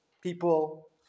people